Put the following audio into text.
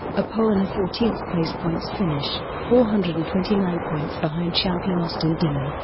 a pole and a fourteenth place points finish, four hundred and twenty nine points behind champion austin dillon.